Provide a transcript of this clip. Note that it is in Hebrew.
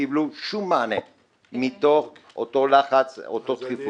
אני מאמין יותר למילה מאשר למילה בכתב.